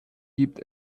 gibt